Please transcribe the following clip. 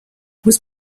was